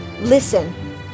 listen